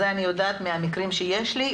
אני יודעת את זה מהמקרים שיש לי,